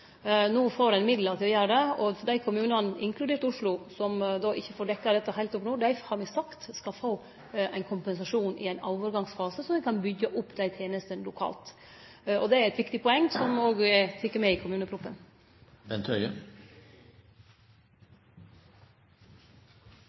No får ein midlar til å gjere det – inkludert Oslo, som då ikkje får dekt dette heilt opp no, dei har me sagt skal få ein kompensasjon i ein overgangsfase – så dei kan byggje opp dei tenestene lokalt. Det er eit viktig poeng, som òg er teke med i